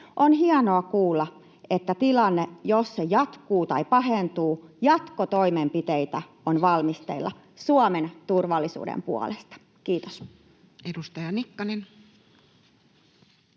On hienoa kuulla, että jos tilanne jatkuu tai pahentuu, jatkotoimenpiteitä on valmisteilla Suomen turvallisuuden puolesta. — Kiitos. [Speech